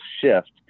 shift